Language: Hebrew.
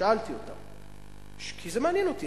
שאלתי אותם כי זה מעניין אותי.